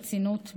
רצינות,